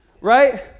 Right